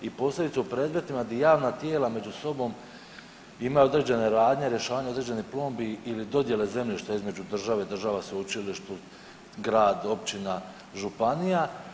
I posljedicu u predmetima gdje javna tijela među sobom imaju određene radnje, rješavanje određenih … ili dodjele zemljišta između države i država sveučilištu, grad, općina, županija.